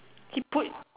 he put